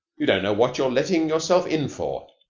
you don't know what you're letting yourself in for.